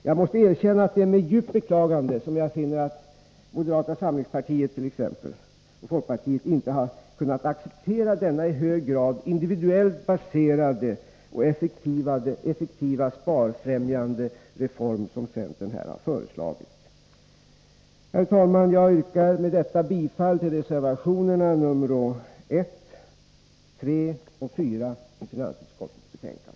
Jag måste erkänna att det är med djupt beklagande som jag finner att moderata samlingspartiet och folkpartiet inte har kunnat acceptera den i hög grad individuellt baserade och effektiva sparfrämjande reform som centern här har föreslagit. Herr talman! Jag yrkar med detta bifall till reservationerna nr 1, 3 och 4 i finansutskottets betänkande.